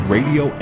Radio